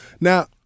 Now